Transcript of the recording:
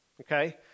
okay